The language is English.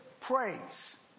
praise